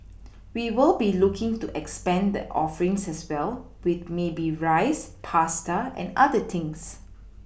we will be looking to expand the offerings as well with maybe rice pasta and other things